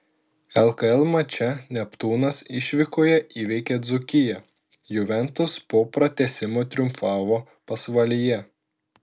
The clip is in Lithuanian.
lkl mače neptūnas išvykoje įveikė dzūkiją juventus po pratęsimo triumfavo pasvalyje